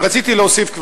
רציתי להוסיף,